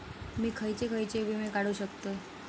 मी खयचे खयचे विमे काढू शकतय?